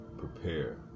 prepare